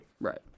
right